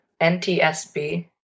NTSB